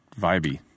vibey